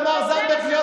תמר זנדברג,